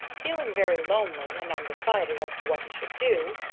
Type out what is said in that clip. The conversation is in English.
feeling very lonely, and undecided as to what he should do,